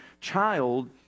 child